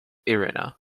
irina